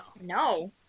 No